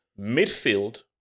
midfield